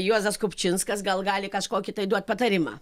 juozas kupčinskas gal gali kažkokį tai duot patarimą